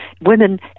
women